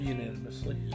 Unanimously